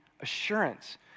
assurance